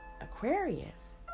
Aquarius